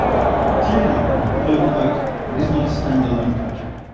clearly, the global vote is not a stand-alone project.